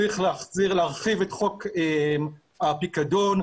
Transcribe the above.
ההכנסות מהאכיפה צריכות לממן גם תהליך הפיקוח,